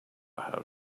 how